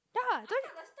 ya then